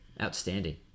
Outstanding